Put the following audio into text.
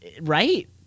right